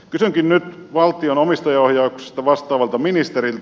kysynkin nyt valtion omistajaohjauksesta vastaavalta ministeriltä